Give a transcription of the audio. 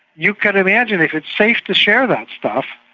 you can imagine, if it's safe to share that stuff,